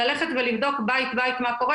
ללכת ולבדוק בית-בית מה קורה,